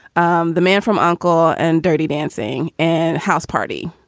um the man from uncle. and dirty dancing and house party.